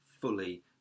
fully